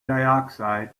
dioxide